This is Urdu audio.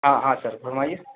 ہاں ہاں سر فرمائیے